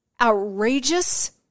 outrageous